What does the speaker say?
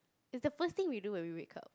is the first thing we do when we wake up